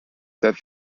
that